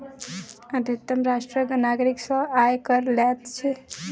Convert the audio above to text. अधितम राष्ट्र नागरिक सॅ आय कर लैत अछि